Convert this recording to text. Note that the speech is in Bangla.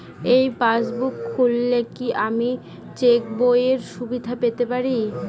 এই পাসবুক খুললে কি আমি চেকবইয়ের সুবিধা পেতে পারি?